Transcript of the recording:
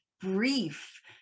Brief